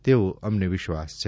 તેવો અમને વિશ્વાસ છે